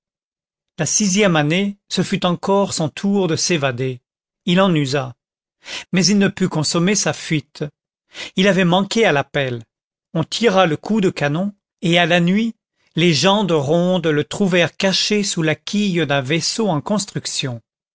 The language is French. la sixième année ce fut encore son tour de s'évader il en usa mais il ne put consommer sa fuite il avait manqué à l'appel on tira le coup de canon et à la nuit les gens de ronde le trouvèrent caché sous la quille d'un vaisseau en construction